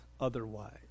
otherwise